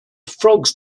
frogs